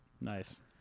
Nice